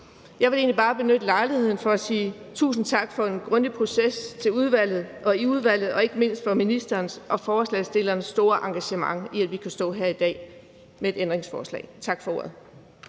Jeg vil egentlig bare benytte lejligheden til at sige tusind tak for en grundig proces i udvalget og ikke mindst for ministerens og forslagsstillernes store engagement, der gør, at vi kan stå her i dag med et ændringsforslag. Tak for ordet.